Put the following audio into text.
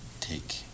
take